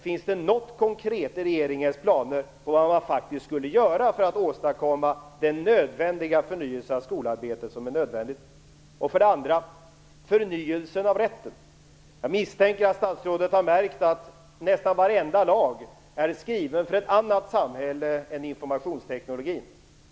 Finns det något konkret i regeringens planer om vad man faktiskt skall göra för att åstadkomma den nödvändiga förnyelsen av skolarbetet? Min andra fråga handlar om förnyelsen av rätten. Jag misstänket att statsrådet har märkt att nästan varenda lag är skriven för ett annat samhälle än informationsteknologins.